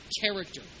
character